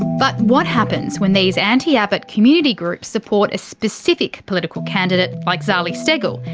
but what happens when these anti-abbott community groups support a specific political candidate, like zali steggall,